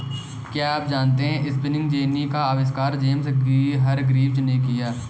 क्या आप जानते है स्पिनिंग जेनी का आविष्कार जेम्स हरग्रीव्ज ने किया?